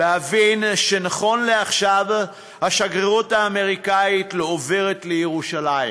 כשהבנתי שנכון לעכשיו השגרירות האמריקנית לא עוברת לירושלים.